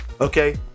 okay